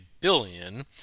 billion